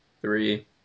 Three